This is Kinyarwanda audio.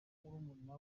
murumuna